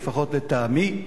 לפחות לטעמי.